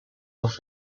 off